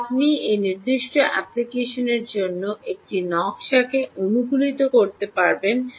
যা আপনি সেই নির্দিষ্ট অ্যাপ্লিকেশনের জন্য একটি নকশাকে অনুকূলিত করতে পারবেন